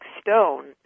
stone